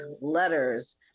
letters